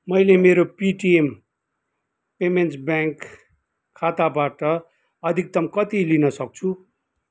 मैले मेरो Paytm payments bank खाताबाट अधिकतम कति लिन सक्छु